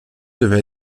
devrait